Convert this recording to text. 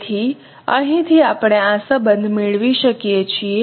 તેથી અહીંથી આપણે આ સંબંધ મેળવી શકીએ છીએ